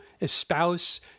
espouse